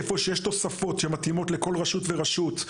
איפה שיש תוספות שמתאימות לכל רשות ורשות,